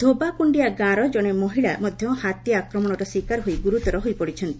ଧୋବାକୁଖିଆ ଗାଁର ଜଶେ ମହିଳା ମଧ୍ଧ ହାତୀ ଆକ୍ରମଣର ଶିକାର ହୋଇ ଗୁରୁତର ହୋଇପଡିଛନ୍ତି